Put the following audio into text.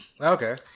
Okay